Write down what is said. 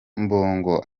mbungo